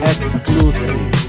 Exclusive